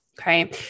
Okay